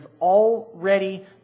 already